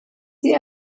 sie